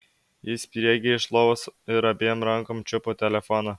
ji spriegė iš lovos ir abiem rankom čiupo telefoną